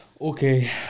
Okay